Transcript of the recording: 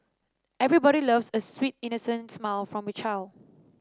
everybody loves a sweet innocent smile from a child